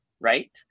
right